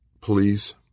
Please